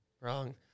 Wrong